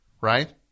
right